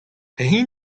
peseurt